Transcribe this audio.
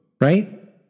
Right